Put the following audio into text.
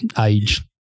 age